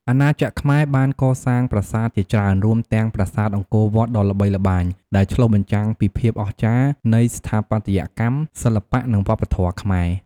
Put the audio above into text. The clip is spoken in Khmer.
អាណាចក្រខ្មែរបានកសាងប្រាសាទជាច្រើន រួមទាំងប្រាសាទអង្គរវត្តដ៏ល្បីល្បាញ ដែលឆ្លុះបញ្ចាំងពីភាពអស្ចារ្យនៃស្ថាបត្យកម្ម សិល្បៈ និងវប្បធម៌ខ្មែរ។